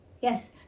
Yes